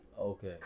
Okay